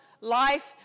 life